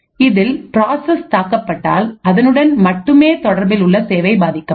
இதில் ப்ராசஸ் தாக்கப்பட்டால் அதனுடன் மட்டுமே தொடர்பில் உள்ள சேவை பாதிக்கப்படும்